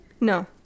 No